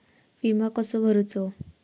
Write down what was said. विमा कसो भरूचो?